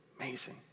Amazing